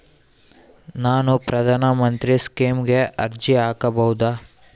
ನಾನು ಪ್ರಧಾನ ಮಂತ್ರಿ ಸ್ಕೇಮಿಗೆ ಅರ್ಜಿ ಹಾಕಬಹುದಾ?